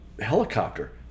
helicopter